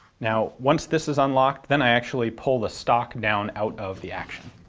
now once this is unlocked then i actually pull the stock down out of the action.